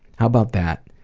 how about that?